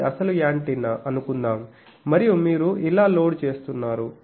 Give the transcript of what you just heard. ఇది అసలు యాంటెన్నా అనుకుందాం మరియు మీరు ఇలా లోడ్ చేస్తున్నారు